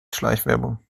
schleichwerbung